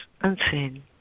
unseen